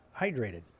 hydrated